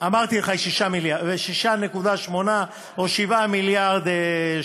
אמרתי לך, היא 6.8 או 7 מיליארד שקל,